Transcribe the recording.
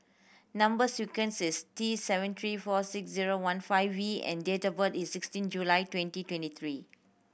number sequence is T seven three four six zero one five V and date of birth is sixteen July twenty twenty three